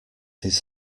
his